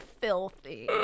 filthy